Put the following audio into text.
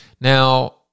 Now